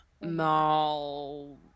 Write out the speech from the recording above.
No